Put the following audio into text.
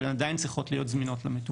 אבל הן עדיין צריכות להיות זמינות למטופל.